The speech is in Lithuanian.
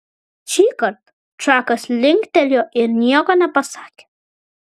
šįkart čakas linktelėjo ir nieko nepasakė